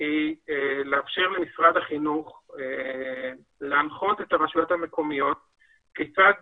היא לאפשר למשרד החינוך להנחות את הרשויות המקומיות כיצד